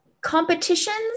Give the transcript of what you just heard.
competitions